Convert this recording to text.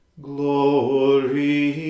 Glory